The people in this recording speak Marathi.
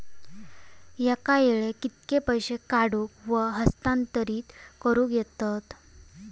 एका वेळाक कित्के पैसे काढूक व हस्तांतरित करूक येतत?